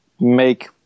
make